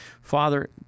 Father